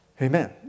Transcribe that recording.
Amen